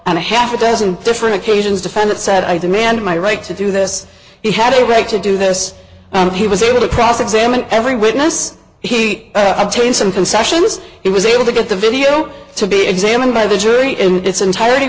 and a half a dozen different occasions to find it said i demand my right to do this he had a right to do this and he was able to cross examine every witness heat obtain some concessions he was able to get the video to be examined by the jury in its entirety